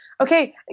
okay